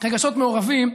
רגשות מעורבים,